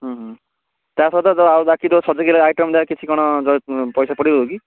ତା ସହିତ ଆଉ ବାକି ଯୋଉ ଆଇଟମ୍ ଯାହା କିଛି କଣ ପଇସା ପଡ଼ିବ କି